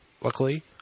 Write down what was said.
luckily